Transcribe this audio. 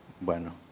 Bueno